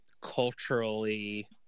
culturally